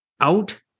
out